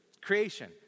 Creation